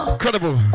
Incredible